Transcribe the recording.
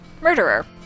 murderer